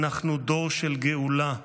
אנחנו דור של גאולה!